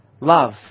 love